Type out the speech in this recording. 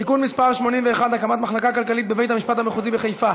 (תיקון מס' 81) (הקמת מחלקה כלכלית בבית המשפט המחוזי בחיפה),